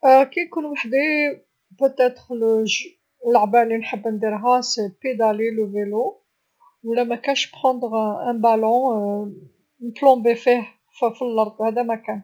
كنكون وحدي بلاك اللعبه لنحب نديرها هي ندور الدراجه و لا مكانش ندي كره و نتكور فيه في لرض هذا مكان.